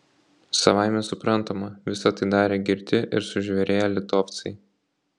savaime suprantama visa tai darė girti ir sužvėrėję litovcai